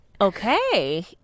Okay